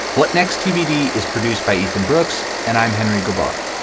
but next, tbd is produced by ethan brooks. and i'm henry gabbar.